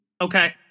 Okay